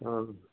অঁ